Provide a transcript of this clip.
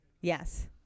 yes